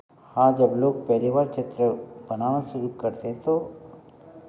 हाँ जब लोग कैलिवर चित्र बनाना शुरू करते हैं तो